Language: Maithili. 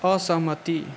असहमति